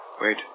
Wait